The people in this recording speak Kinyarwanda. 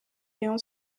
rayon